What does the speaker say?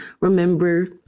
remember